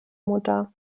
mutter